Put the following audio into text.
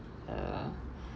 uh